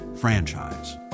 franchise